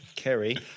Kerry